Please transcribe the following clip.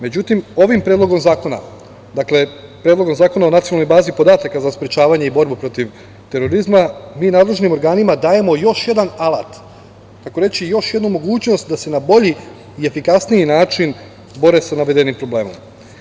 Međutim, ovim Predlogom zakona, dakle Predlogom zakona o Nacionalnoj bazi podataka za sprečavanje i borbu protiv terorizma, mi nadležnim organima dajemo još jedan alat, tako reći još jednu mogućnost da se na bolji i efikasniji način bore sa navedenim problemom.